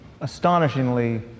astonishingly